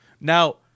Now